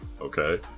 okay